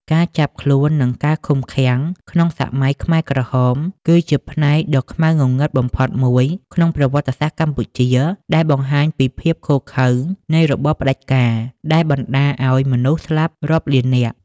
ការចាប់ខ្លួន និងការឃុំឃាំងក្នុងសម័យខ្មែរក្រហម គឺជាផ្នែកដ៏ខ្មៅងងឹតបំផុតមួយក្នុងប្រវត្តិសាស្ត្រកម្ពុជា ដែលបង្ហាញពីភាពឃោរឃៅនៃរបបផ្តាច់ការដែលបានបណ្តាលឱ្យមនុស្សស្លាប់រាប់លាននាក់។